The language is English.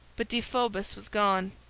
but deiphobus was gone.